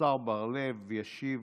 השר בר לב ישיב